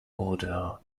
order